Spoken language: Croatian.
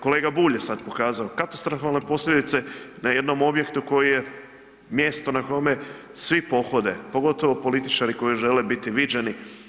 Kolega Bulj je sad pokazao katastrofalne posljedice na jednom objektu koji je, mjesto na kojem svi pohode, pogotovo političari koji žele biti viđeni.